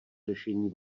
řešení